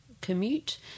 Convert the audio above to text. commute